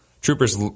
Troopers